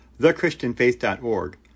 thechristianfaith.org